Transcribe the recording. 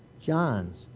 John's